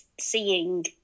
seeing